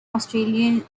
australasian